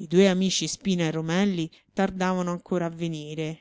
i due amici spina e romelli tardavano ancora a venire